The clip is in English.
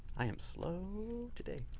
i am slow today.